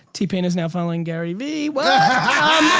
t-pain is now following gary vee, what?